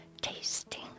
tasting